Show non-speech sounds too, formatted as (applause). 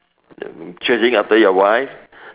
chasing after your wife (laughs)